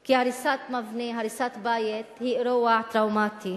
כי הריסת מבנה, הריסת בית, היא אירוע טראומטי